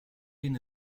been